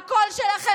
אז תתרגלו.